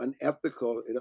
unethical